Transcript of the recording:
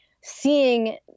seeing